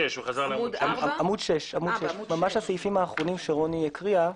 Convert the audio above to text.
6. הסעיפים האחרונים שרוני הקריאה.